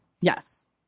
Yes